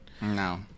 No